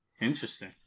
Interesting